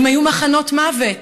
אם היו מחנות מוות,